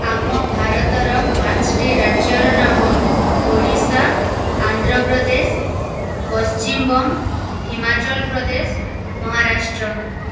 ଆମ ଭାରତର ପାଞ୍ଚୋଟି ରାଜ୍ୟର ନାମ ଓଡ଼ିଶା ଆନ୍ଧ୍ରପ୍ରଦେଶ ପଶ୍ଚିମବଙ୍ଗ ହିମାଚଳପ୍ରଦେଶ ମହାରାଷ୍ଟ୍ର